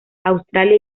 australia